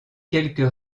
quelques